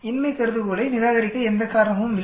இன்மை கருதுகோளை நிராகரிக்க எந்த காரணமும் இல்லை